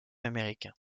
américains